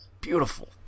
beautiful